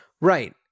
Right